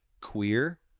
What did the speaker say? queer